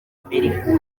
amerika